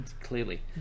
Clearly